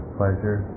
pleasure